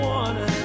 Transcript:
one